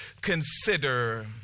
consider